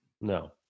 no